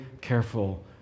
careful